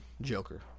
Joker